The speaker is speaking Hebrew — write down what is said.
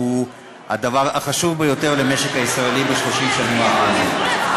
שהוא הדבר החשוב ביותר למשק הישראלי ב-30 השנים האחרונות.